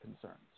concerns